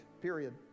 period